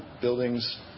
buildings